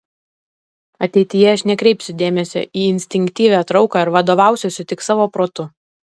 ateityje aš nekreipsiu dėmesio į instinktyvią trauką ir vadovausiuosi tik savo protu